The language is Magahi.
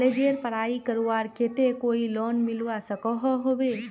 कॉलेजेर पढ़ाई करवार केते कोई लोन मिलवा सकोहो होबे?